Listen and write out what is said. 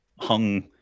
hung